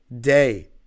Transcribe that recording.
day